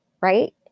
right